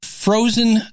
frozen